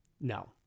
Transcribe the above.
No